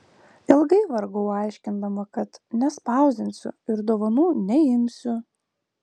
ilgai vargau aiškindama kad nespausdinsiu ir dovanų neimsiu